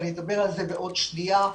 ואני אדבר על זה בעוד שנייה.